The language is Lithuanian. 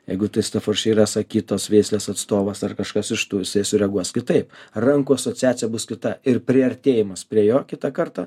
jeigu tai staforširas akitos veislės atstovas ar kažkas iš tų jisai sureaguos kitaip rankų asociacija bus kita ir priartėjimas prie jo kitą kartą